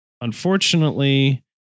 Unfortunately